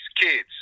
kids